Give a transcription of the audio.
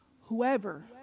whoever